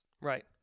Right